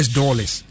dollars